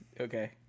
Okay